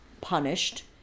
punished